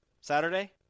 Saturday